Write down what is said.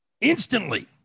Instantly